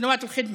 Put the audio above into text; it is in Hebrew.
שנות השירות,